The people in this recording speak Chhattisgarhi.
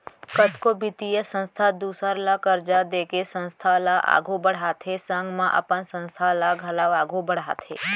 कतको बित्तीय संस्था दूसर ल करजा देके संस्था ल आघु बड़हाथे संग म अपन संस्था ल घलौ आघु बड़हाथे